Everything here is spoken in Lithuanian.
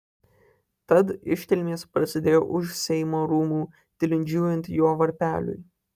tad iškilmės prasidėjo už seimo rūmų tilindžiuojant jo varpeliui